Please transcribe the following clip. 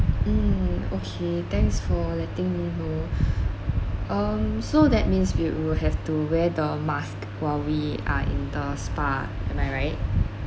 mm okay thanks for letting me know um so that means we will have to wear the masks while we are in the spa am I right